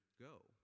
Go